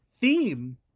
theme